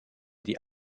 die